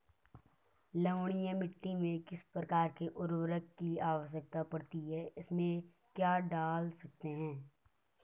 लवणीय मिट्टी में किस प्रकार के उर्वरक की आवश्यकता पड़ती है इसमें क्या डाल सकते हैं?